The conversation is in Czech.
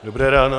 Dobré ráno.